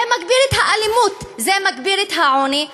זה מגביר את האלימות, זה מגביר את העוני,